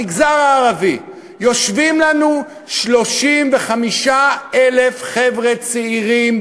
במגזר הערבי יושבים לנו 35,000 חבר'ה צעירים,